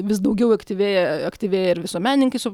vis daugiau aktyvėja aktyvėja ir visuomenininkai su